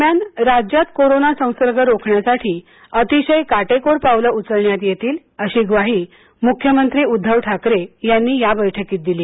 दरम्यान राज्यात कोरोना संसर्ग रोखण्यासाठी अतिशय काटेकोर पावले उचलण्यात येतील अशी ग्वाही मुख्यमंत्री उद्धव ठाकरे यांनी या बैठकीत दिली